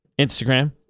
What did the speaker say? Instagram